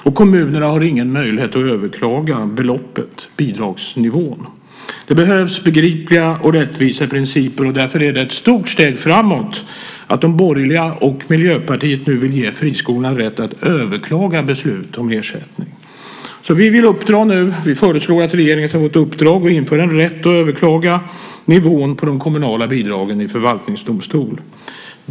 Och kommunerna har ingen möjlighet att överklaga bidragsnivån. Det behövs begripliga och rättvisa principer. Därför är det ett stort steg framåt att de borgerliga och Miljöpartiet nu vill ge friskolorna rätt att överklaga beslut om ersättning. Vi föreslår att regeringen ska få i uppdrag att införa en rätt att överklaga nivån på de kommunala bidragen i förvaltningsdomstol.